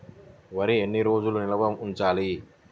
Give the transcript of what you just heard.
వరి ఎన్ని రోజులు నిల్వ ఉంచాలి?